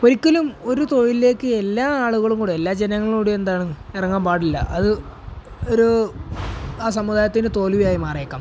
ഒരിക്കലും ഒരു തൊഴിലിലേക്ക് എല്ലാ ആളുകളും കൂടെ എല്ലാ ജനങ്ങളും കൂടെ എന്താണ് ഇറങ്ങാൻ പാടില്ല അതൊരു ആ സമുദായത്തിൻ്റെ തോൽവിയായി മാറിയേക്കാം